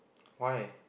why